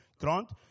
Grant